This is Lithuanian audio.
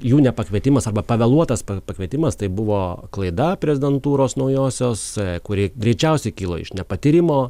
jų nepakvietimas arba pavėluotas pakvietimas tai buvo klaida prezidentūros naujosios kuri greičiausiai kilo iš nepatyrimo